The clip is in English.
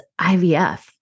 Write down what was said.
IVF